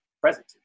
present